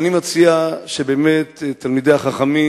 אז אני מציע שבאמת תלמידי החכמים,